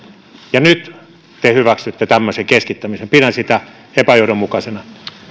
nyt te hyväksytte tämmöisen keskittämisen pidän sitä epäjohdonmukaisena